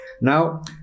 Now